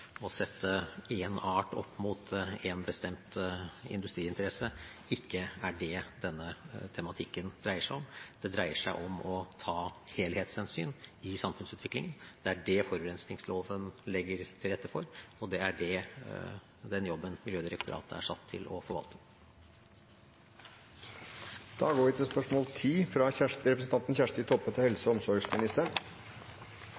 å sette én art opp mot én bestemt industriinteresse, ikke er det denne tematikken dreier seg om. Det dreier seg om å ta helhetshensyn i samfunnsutviklingen. Det er det forurensningsloven legger til rette for, og det er den jobben Miljødirektoratet er satt til å forvalte.